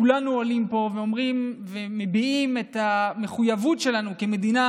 כולנו עולים פה ואומרים ומביעים את המחויבות שלנו כמדינה